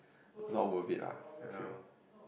not worth it lah I feel